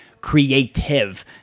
creative